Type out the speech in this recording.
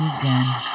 again